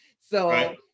So-